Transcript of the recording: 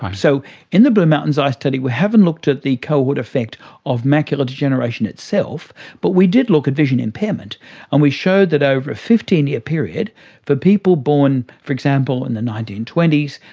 so in the blue mountains eye study we haven't looked at the cohort effect of macular degeneration itself but we did look at vision impairment and we showed that over a fifteen year period for people born, for example in the nineteen twenty s,